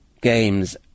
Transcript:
games